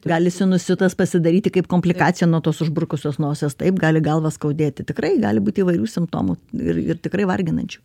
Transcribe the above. gali sinusitas pasidaryti kaip komplikacija nuo tos užburkusios nosies taip gali galvą skaudėti tikrai gali būti įvairių simptomų ir ir tikrai varginančių